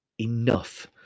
enough